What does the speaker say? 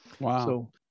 Wow